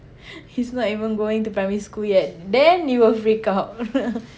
he's not even going to primary school yet then you will freak out